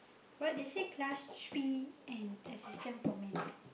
but they say class and assistant for man what